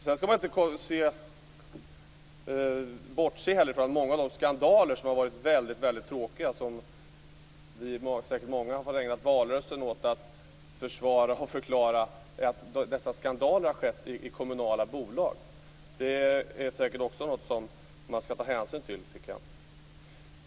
Sedan skall man inte heller bortse ifrån att många av de skandaler som varit mycket tråkiga - många av oss har säkert fått ägna valrörelsen åt att försvara och förklara dem - har skett i kommunala bolag. Det är också något som jag tycker att man skall ta hänsyn till.